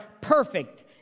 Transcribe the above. perfect